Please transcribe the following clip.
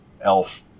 Elf